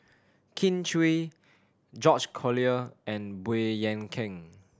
Kin Chui George Collyer and Baey Yam Keng